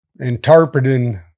interpreting